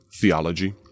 theology